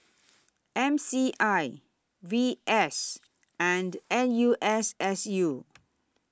M C I V S and N U S S U